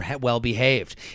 well-behaved